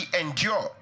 endured